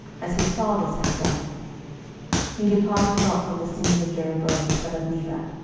as his fathers had done he departed not from the sins of jeroboam the son of nebat,